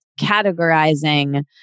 categorizing